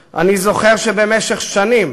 אני אומר זאת משום שיש בארץ הזאת מספיק מקום לכולם,